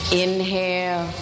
inhale